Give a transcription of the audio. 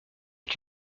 est